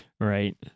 Right